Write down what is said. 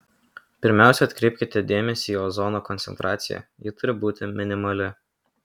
pirmiausia atkreipkite dėmesį į ozono koncentraciją ji turi būti minimali